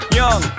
young